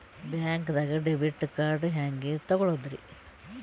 ಬ್ಯಾಂಕ್ದಾಗ debit card ಹೆಂಗ್ ತಗೊಳದ್ರಿ?